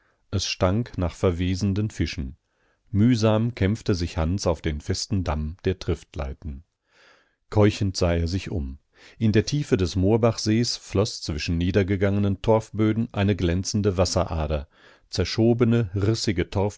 es stank nach verwesenden fischen mühsam kämpfte sich hans auf den festen damm der triftleiten keuchend sah er sich um in der tiefe des moorbachsees floß zwischen niedergegangenen torfböden eine glänzende wasserader zerschobene rissige